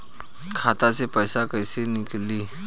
खाता से पैसा कैसे नीकली?